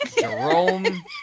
Jerome